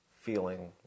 feeling